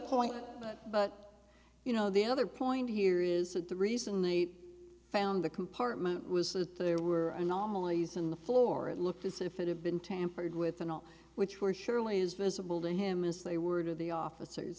point but you know the other point here is that the recently found the compartment was that there were anomalies in the floor it looked as if it had been tampered with and which were surely as visible to him as they were to the officers